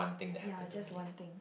ya just one thing